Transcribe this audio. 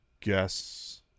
guess